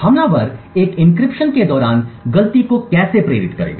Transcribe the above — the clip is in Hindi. हमलावर एक एन्क्रिप्शन के दौरान गलती को कैसे प्रेरित करेगा